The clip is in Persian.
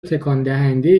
تکاندهندهای